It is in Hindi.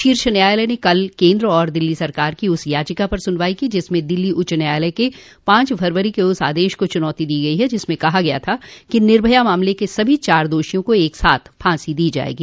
शीर्ष न्यायालय ने कल केंद्र और दिल्ली सरकार की उस याचिका पर सुनवाई की जिसमें दिल्ली उच्च न्यायालय के पांच फरवरी के उस आदेश को चुनौती दी गयी है जिसमें कहा गया था कि निर्भया मामले के सभी चार दोषियों को एक साथ फांसी दी जाएगी